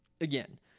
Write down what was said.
Again